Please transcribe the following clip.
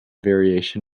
variation